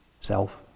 self